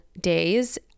days